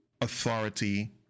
authority